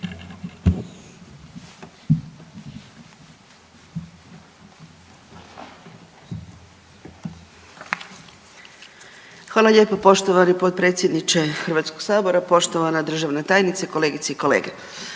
Hvala lijepo poštovani potpredsjedniče Hrvatskog sabora, poštovana državna tajnice, kolegice i kolege.